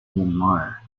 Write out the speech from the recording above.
myanmar